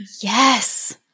Yes